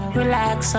Relax